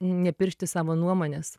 nepiršti savo nuomonės